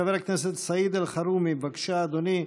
חבר הכנסת סעיד אלחרומי, בבקשה, אדוני.